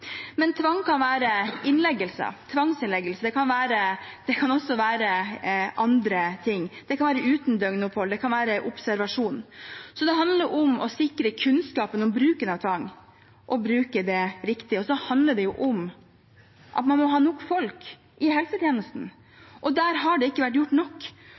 Tvang kan være innleggelse – tvangsinnleggelse – det kan også være andre ting. Det kan være uten døgnopphold, det kan være observasjon. Det handler om å sikre kunnskapen om bruken av tvang og bruke det riktig, og så handler det om at man må ha nok folk i helsetjenesten, og der har det ikke vært gjort nok.